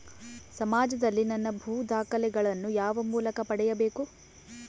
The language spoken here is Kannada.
ಸಮಾಜದಲ್ಲಿ ನನ್ನ ಭೂ ದಾಖಲೆಗಳನ್ನು ಯಾವ ಮೂಲಕ ಪಡೆಯಬೇಕು?